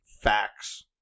facts